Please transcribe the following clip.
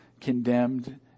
condemned